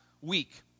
week